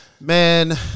Man